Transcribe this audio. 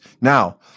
Now